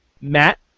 Matt